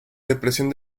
depresión